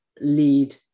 lead